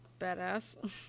badass